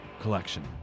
collection